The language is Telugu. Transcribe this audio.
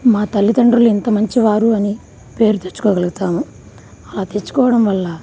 మా తల్లిదండ్రులు ఇంత మంచి వారు అని పేరు తెచ్చుకోగలుగుతాము అలా తెచ్చుకోవడం వల్ల